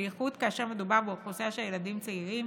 בייחוד כאשר מדובר באוכלוסייה של ילדים צעירים